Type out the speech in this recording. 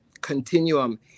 continuum